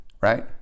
right